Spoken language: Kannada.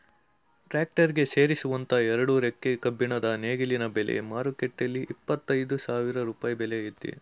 ಟ್ರಾಕ್ಟರ್ ಗೆ ಸೇರಿಸುವಂತ ಎರಡು ರೆಕ್ಕೆ ಕಬ್ಬಿಣದ ನೇಗಿಲಿನ ಬೆಲೆ ಮಾರುಕಟ್ಟೆಲಿ ಇಪ್ಪತ್ತ ಐದು ಸಾವಿರ ರೂಪಾಯಿ ಬೆಲೆ ಆಯ್ತೆ